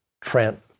Trent